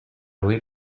huir